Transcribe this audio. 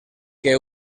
que